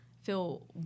feel